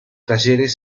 talleres